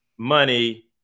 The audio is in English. money